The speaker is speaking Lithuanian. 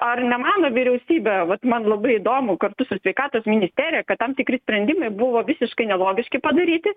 ar nemano vyriausybė vat man labai įdomu kartu su sveikatos ministerija kad tam tikri sprendimai buvo visiškai nelogiški padaryti